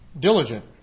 diligent